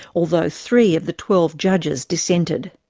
although three of the twelve judges dissented.